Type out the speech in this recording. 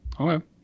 Okay